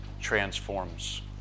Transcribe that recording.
transforms